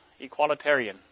Equalitarian